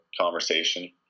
conversation